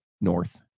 North